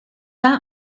one